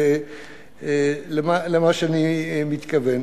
למה שאני מתכוון.